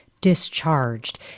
discharged